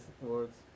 words